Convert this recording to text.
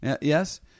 Yes